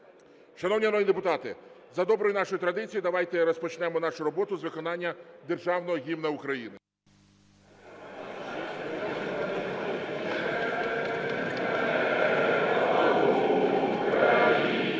народні депутати, за доброю нашою традицією, давайте розпочнемо нашу роботу з виконання Державного Гімну України.